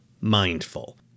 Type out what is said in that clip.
mindful